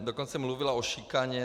Dokonce mluvila o šikaně.